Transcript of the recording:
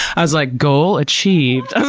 i was like, goal achieved!